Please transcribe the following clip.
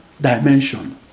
dimension